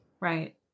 Right